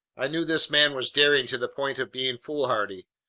i knew this man was daring to the point of being foolhardy.